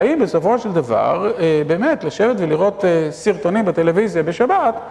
האם בסופו של דבר באמת לשבת ולראות סרטונים בטלוויזיה בשבת?